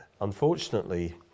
unfortunately